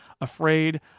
afraid